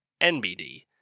NBD